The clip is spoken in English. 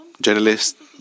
journalists